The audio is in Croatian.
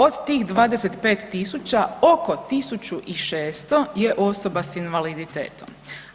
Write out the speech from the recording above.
Od tih 25.000 oko 1.600 je osoba s invaliditetom.